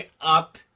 up